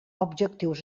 objectius